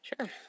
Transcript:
Sure